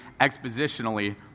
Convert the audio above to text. expositionally